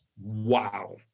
wow